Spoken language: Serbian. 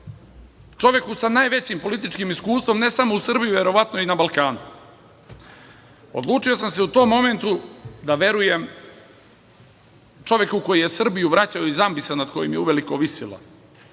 čoveku sa najvećim političkim iskustvom, ne samo u Srbiji, verovatno i na Balkanu. Odlučio sam se u tom momentu da verujem čoveku koji je Srbiju vraćao iz ambisa nad kojim je uveliko visila,